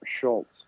Schultz